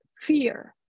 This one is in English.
fear